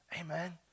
Amen